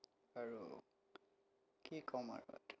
আৰু কি ক'ম আৰু